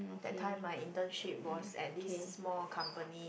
that time my internship was at this small company